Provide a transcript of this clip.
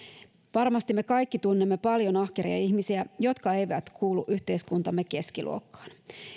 varmasti me kaikki tunnemme paljon ahkeria ihmisiä jotka eivät kuulu yhteiskuntamme keskiluokkaan